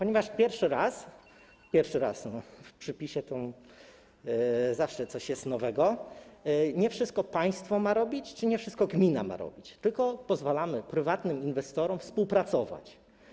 Dlatego że pierwszy raz - pierwszy raz, w przypisie, to zawsze jest coś nowego - nie wszystko państwo ma robić czy nie wszystko gmina ma robić, tylko pozwalamy prywatnym inwestorom współpracować.